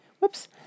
Whoops